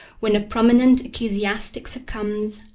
when a prominent ecclesiastic succumbs,